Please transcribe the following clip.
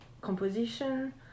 composition